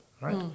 right